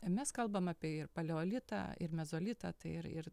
mes kalbamam apie ir paleolitą ir mezolitą tai ir ir